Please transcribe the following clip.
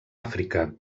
àfrica